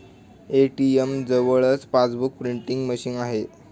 ATM जवळच passbook printing machine आहे